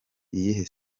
iyihe